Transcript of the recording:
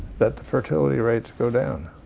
that the fertility rates go down